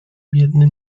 biedny